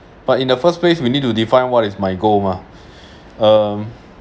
but in the first place we need to define what is my goal mah um